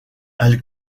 elle